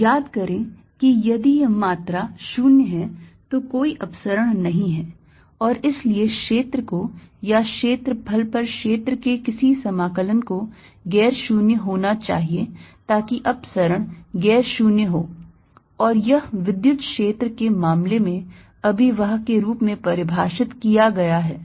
याद करें कि यदि यह मात्रा 0 है तो कोई अपसरण नहीं है और इसलिए क्षेत्र को या क्षेत्रफल पर क्षेत्र के किसी समाकलन को गैर शून्य होना चाहिए ताकि अपसरण गैर शून्य हो और यह विद्युत क्षेत्र के मामले में अभिवाह के रूप में परिभाषित किया गया है